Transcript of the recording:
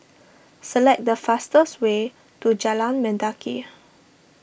select the fastest way to Jalan Mendaki